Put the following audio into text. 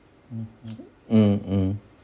mm mm